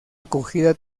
acogida